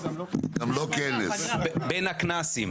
בין הכנסים.